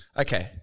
Okay